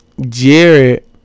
Jared